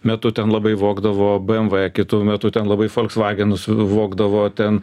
metu ten labai vogdavo bmv kitu metu ten labai folksvagenus vogdavo ten